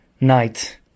night